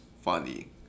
funny